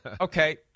Okay